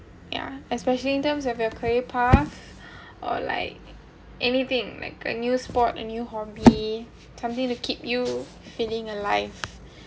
yeah especially in terms of your career path or like anything like a new sport a new hobby something to keep you feeling alive